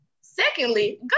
Secondly